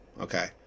Okay